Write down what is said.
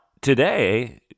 today